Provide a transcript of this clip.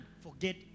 forget